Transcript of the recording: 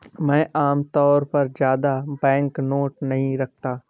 मैं आमतौर पर ज्यादा बैंकनोट नहीं रखता